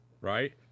right